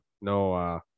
No